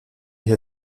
hier